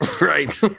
Right